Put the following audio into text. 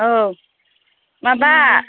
औ माबा